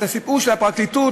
את הסיפור של הפרקליטות,